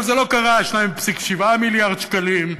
אבל זה לא קרה, 2.7 מיליארד שקלים.